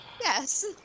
Yes